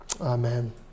Amen